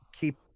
keep